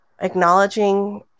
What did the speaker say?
acknowledging